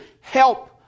help